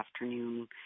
afternoon